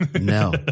No